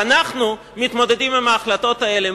ואנחנו מתמודדים עם ההחלטות האלה,